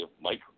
Mike